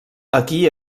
aquí